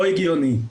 לא הגיוני.